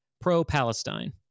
Pro-Palestine